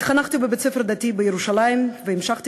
התחנכתי בבית-ספר דתי בירושלים והמשכתי